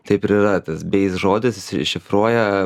taip ir yra tas beis žodis išsišifruoja